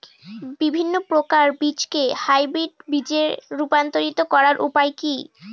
বিভিন্ন প্রকার বীজকে হাইব্রিড বীজ এ রূপান্তরিত করার উপায় কি?